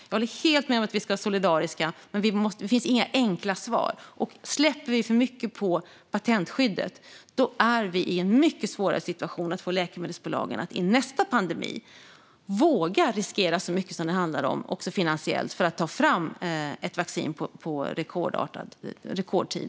Jag håller helt med om att vi ska vara solidariska, men det finns inga enkla svar. Släpper vi för mycket på patentskyddet är vi i en mycket svårare situation i nästa pandemi när det gäller att få läkemedelsbolagen att våga riskera så mycket som det handlar om finansiellt för att ta fram ett vaccin på rekordtid.